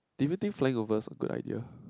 do you think flying over is a good idea